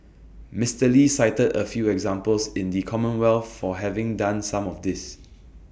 Mister lee cited A few examples in the commonwealth for having done some of this